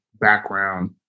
background